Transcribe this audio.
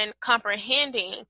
comprehending